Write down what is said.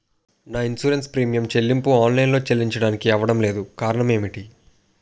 నా insurance premium చెల్లింపు online లో చెల్లించడానికి అవ్వడం లేదు కారణం ఏమిటి?